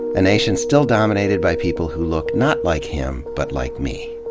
a nation still dominated by people who look not like him but like me.